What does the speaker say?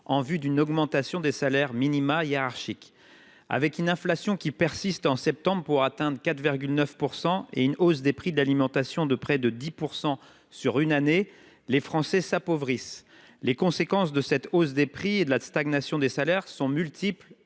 en vue d’une augmentation des salaires minima hiérarchiques. Alors que l’inflation persiste en septembre pour atteindre 4,9 % et que les prix de l’alimentation ont augmenté de près de 10 % en une année, les Français s’appauvrissent. Les conséquences de cette hausse des prix et de la stagnation des salaires sont multiples